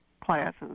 classes